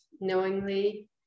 knowingly